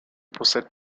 possède